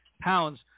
pounds